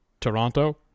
Toronto